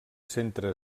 centre